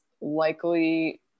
likely